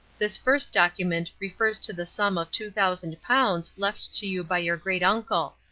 this first document refers to the sum of two thousand pounds left to you by your great uncle.